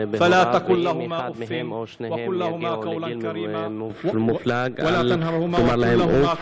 שניהם יגיעו לגיל מופלג, אל תאמר להם "אוף".